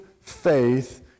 faith